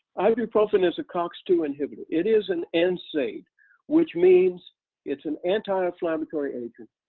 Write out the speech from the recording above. ibuprofen is a cox two inhibitor. it is an an nsaid, which means it's an anti-inflammatory agent.